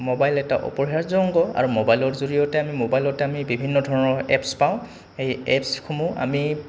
mobile এটা অপৰিহাৰ্য অংগ আৰু মোবাইলৰ জৰিয়তে আমি মোবাইলতে আমি বিভিন্ন ধৰণৰ এপছ পাওঁ সেই এপছসমূহ আমি